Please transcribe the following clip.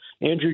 Andrew